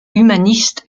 humaniste